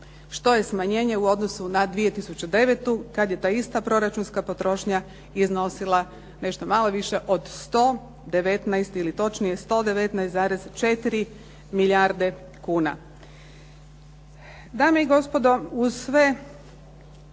što je smanjenje u odnosu na 2009., kad je ta ista proračunska potrošnja iznosila nešto malo više od 119 ili